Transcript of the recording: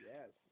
Yes